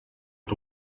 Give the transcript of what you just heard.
mit